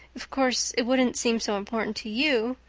of course it wouldn't seem so important to you.